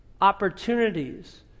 opportunities